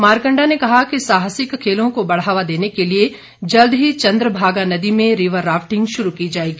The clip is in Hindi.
मारकंडा ने कहा कि साहसिक खेलों को बढ़ावा देने के लिए जल्द ही चंद्रभागा नदी में रिवर राफ्टिंग शुरू की जाएगी